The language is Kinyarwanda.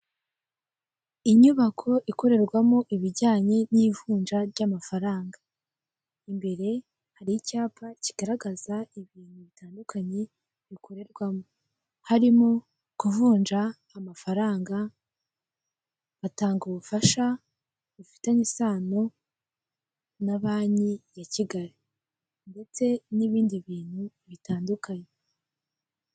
Inyubako ikorerwamo ibijyanye n'ivunja ry'amafaranga, imbere hari icyapa kigaragaza ibintu bitandukanye bikorerwamo, harimo kuvunja amafaranga, batanga ubufasha bufitanye isano na banki ya kigali ndetse n'ibindi bintu bitandukanye.